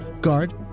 Guard